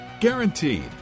Guaranteed